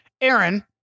Aaron